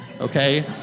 Okay